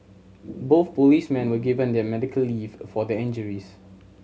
both policemen were given the medical leave for their injuries